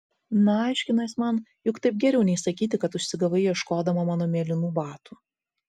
na aiškino jis man juk taip geriau nei sakyti kad užsigavai ieškodama mano mėlynų batų